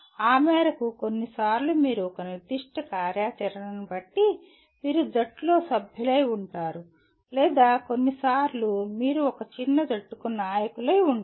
ఆ మేరకు కొన్నిసార్లు మీరు ఒక నిర్దిష్ట కార్యాచరణను బట్టి మీరు జట్టులో సభ్యులై ఉంటారు లేదా కొన్నిసార్లు మీరు ఒక చిన్న జట్టుకు నాయకులై ఉంటారు